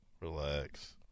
relax